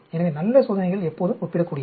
எனவே நல்ல சோதனைகள் எப்போதும் ஒப்பிடக்கூடியவை